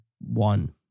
one